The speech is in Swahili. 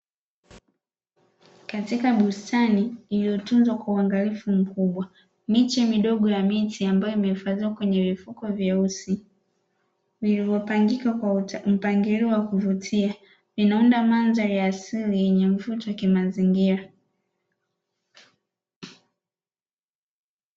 Katika bustani iliotunzwa kwa uangalifu mkubwa miche midogo ya miti ambayo imehifadhiwa kwenye vifuko vyeusi vilivyopangikwa kwa mpangilio wa kuvutia, vinaunda mandhari ya asili yenye mvuto kimazingira.